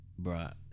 Bruh